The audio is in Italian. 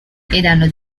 hanno